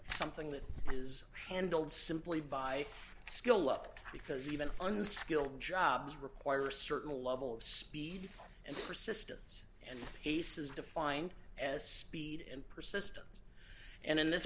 something that is handled simply by skill luck because even unskilled jobs require a certain level of speed and persistence and pace is defined as speed and persistence and in this